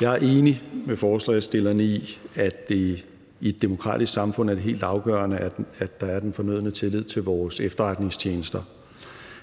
Jeg er enig med forslagsstillerne i, at det i et demokratisk samfund er helt afgørende, at der er den fornødne tillid til vores efterretningstjenester;